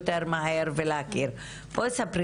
כחברה שהיא גם הבעלים של יו-טיוב,